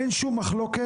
אין שום מחלוקת